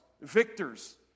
victors